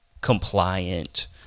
compliant